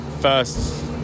first